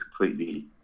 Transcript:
completely